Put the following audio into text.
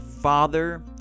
father